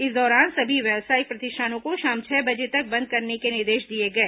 इस दौरान सभी व्यावसायिक प्रतिष्ठानों को शाम छह बजे तक बंद करने के निर्देश दिए गए